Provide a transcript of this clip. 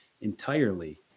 entirely